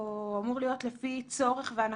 כאן אמור להיות לפי צורך אבל